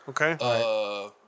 Okay